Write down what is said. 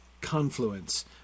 confluence